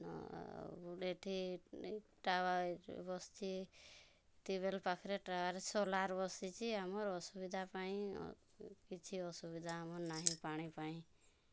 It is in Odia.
ନ ଆଉ ଗୋଟେ ଏଇଠି ଟାୱାର୍ ଯେଉଁ ବସିଛି ଟ୍ୟୁବ୍ୱେଲ୍ ପାଖରେ ଟାୱାର୍ ସୋଲାର୍ ବସିଛି ଆମର ଅସୁବିଧା ପାଇଁ କିଛି ଅସୁବିଧା ଆମର ନାହିଁ ପାଣି ପାଇଁ